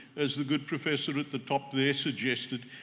as the good professor at the top there suggested,